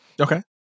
Okay